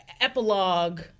epilogue